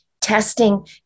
Testing